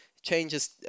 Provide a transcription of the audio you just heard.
Changes